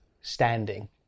standing